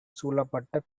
சூழப்பட்ட